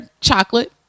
chocolate